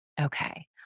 Okay